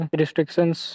restrictions